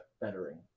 bettering